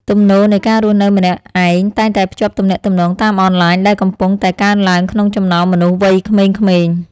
ទំនោរនៃការរស់នៅម្នាក់ឯងតែងតែភ្ជាប់ទំនាក់ទំនងតាមអនឡាញដែលកំពុងតែកើនឡើងក្នុងចំណោមមនុស្សវ័យក្មេងៗ។